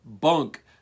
bunk